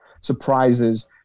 surprises